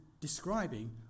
describing